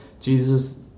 Jesus